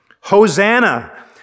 Hosanna